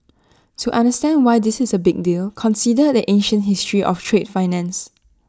to understand why this is A big deal consider the ancient history of trade finance